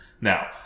Now